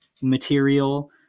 material